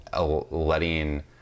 letting